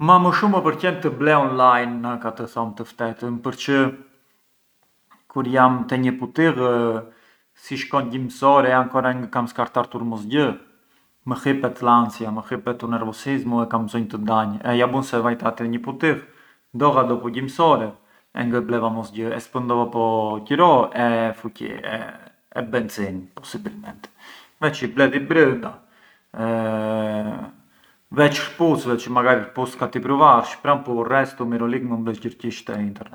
E mërkurja për mua ë Champions League, partitë importanti, kur isha fumij e luaj Del Piero, Trezeguet, Nedved, e mërkuria ë gjimsa e javës, e mërkuria…